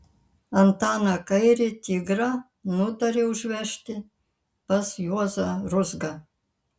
antaną kairį tigrą nutarė užvežti pas juozą ruzgą